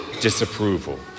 disapproval